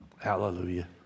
Hallelujah